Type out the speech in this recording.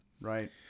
Right